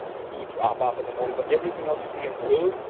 school drop-off in the morning but everything else you see in blue,